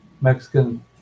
Mexican